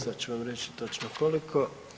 Sada ću vam reći točno koliko.